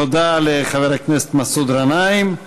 תודה לחבר הכנסת מסעוד גנאים.